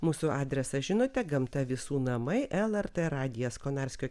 mūsų adresą žinote gamta visų namai lrt radijas konarskio